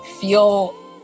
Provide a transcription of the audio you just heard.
feel